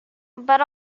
but